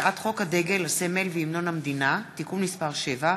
הצעת חוק הדגל, הסמל והמנון המדינה (תיקון מס' 7)